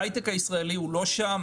ההייטק הישראלי לא שם,